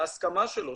ההסכמה שלו,